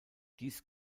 dies